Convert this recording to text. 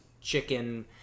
chicken